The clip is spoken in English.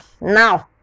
Now